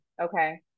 okay